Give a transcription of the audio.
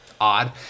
Odd